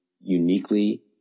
uniquely